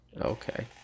Okay